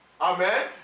Amen